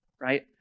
right